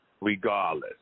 regardless